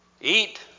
Eat